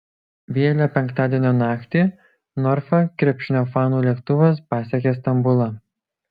vėlią penktadienio naktį norfa krepšinio fanų lėktuvas pasiekė stambulą